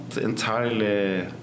entirely